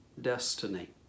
destiny